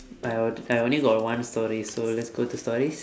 well I only got one story so let's go to stories